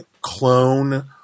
clone